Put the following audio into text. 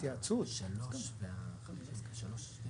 אתם רוצים להביע עמדה, תביעו